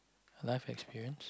life experience